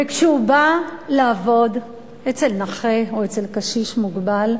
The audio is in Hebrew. וכשהוא בא לעבוד אצל נכה או אצל קשיש מוגבל,